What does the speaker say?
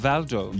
Valdo